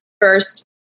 first